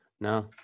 No